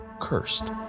cursed